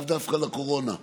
לאו דווקא לקורונה,